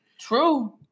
True